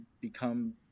become